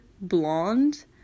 blonde